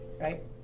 right